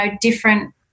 different